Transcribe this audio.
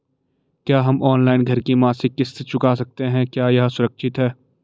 क्या हम ऑनलाइन घर की मासिक किश्त चुका सकते हैं क्या यह सुरक्षित है?